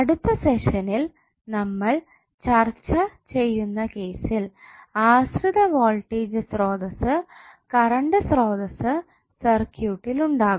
അടുത്ത സെഷനിൽ നമ്മൾ ചർച്ച ചെയ്യുന്ന കേസിൽ ആശ്രിത വോൾട്ടേജ് സ്രോതസ്സ് കറണ്ട് സ്രോതസ്സ് സർക്യൂട്ടിൽ ഉണ്ടാകും